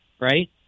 right